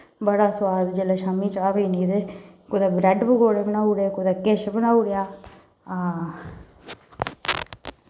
बड़ा सोआद जिसलै शामीं चाह् पीनी ते कुदै ब्रैड पकौड़े बनाई ओड़े कुदै किश बनाई ओड़ेआ हां